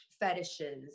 fetishes